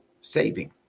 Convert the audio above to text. saving